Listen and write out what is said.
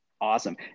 Awesome